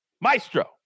Maestro